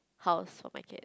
house for my cat